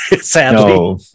sadly